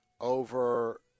over